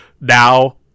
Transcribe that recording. now